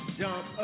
jump